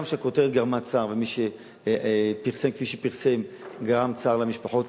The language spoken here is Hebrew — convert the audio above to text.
הגם שהכותרת גרמה צער ומי שפרסם כפי שפרסם גרם צער למשפחות,